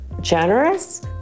generous